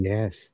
Yes